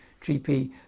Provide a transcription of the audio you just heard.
GP